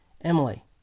Emily